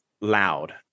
loud